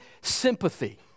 sympathy